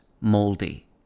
moldy